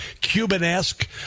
Cuban-esque